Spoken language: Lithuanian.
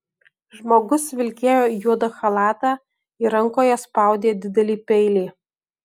žmogus vilkėjo juodą chalatą ir rankoje spaudė didelį peilį